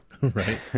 Right